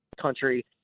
country